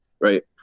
right